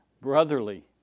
brotherly